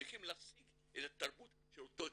צריכים להשיג את התרבות של אותו אדם.